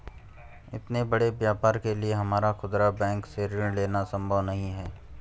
इतने बड़े व्यापार के लिए हमारा खुदरा बैंक से ऋण लेना सम्भव नहीं है